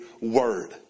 word